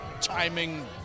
timing